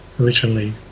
originally